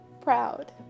proud